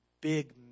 big